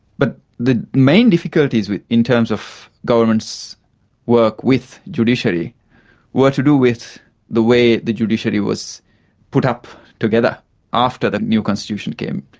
but the main difficulties in terms of government's work with judiciary were to do with the way the judiciary was put up together after the new constitution came.